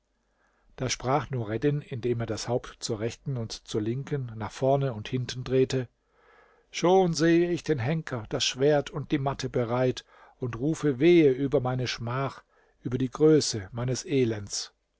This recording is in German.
da sprach nureddin indem er das haupt zur rechten und zur linken nach vorne und hinten drehte schon seh ich den henker das schwert und die matte bereit und rufe wehe über meine schmach über die größe meines elends